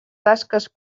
tasques